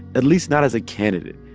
at least not as a candidate.